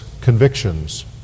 convictions